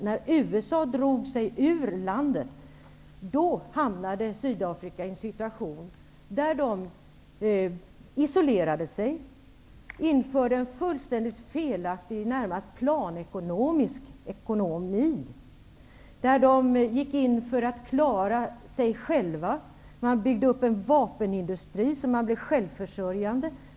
När USA drog sig ur landet hamnade man i Sydafrika i en situation där man isolerade sig och införde en helt felaktig närmast planekonomisk ekonomi. Man gick in för att klara sig själv. Man byggde upp en vapenindustri så att man blev självförsörjande.